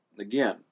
Again